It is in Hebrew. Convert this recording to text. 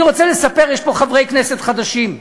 אני רוצה לספר, יש פה חברי כנסת חדשים,